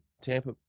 Tampa